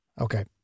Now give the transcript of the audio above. Okay